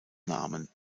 namen